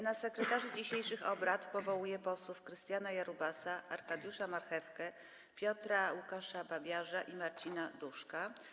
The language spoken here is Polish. Na sekretarzy dzisiejszych obrad powołuję posłów Krystiana Jarubasa, Arkadiusza Marchewkę, Piotra Łukasza Babiarza i Marcina Duszka.